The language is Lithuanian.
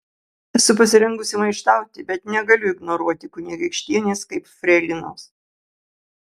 esu pasirengusi maištauti bet negaliu ignoruoti kunigaikštienės kaip freilinos